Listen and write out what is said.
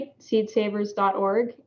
SeedSavers.org